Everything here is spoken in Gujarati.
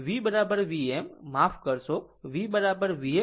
કોઈ ખૂણો તેની સાથે સંકળાયેલ નથી